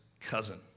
cousin